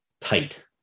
tight